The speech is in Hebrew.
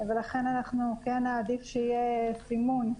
ולכן אנחנו כן נעדיף שיהיה סימון.